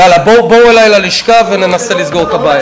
יאללה, בואו אלי ללשכה וננסה לסגור את הבעיה.